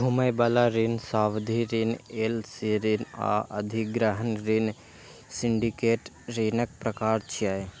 घुमै बला ऋण, सावधि ऋण, एल.सी ऋण आ अधिग्रहण ऋण सिंडिकेट ऋणक प्रकार छियै